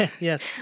yes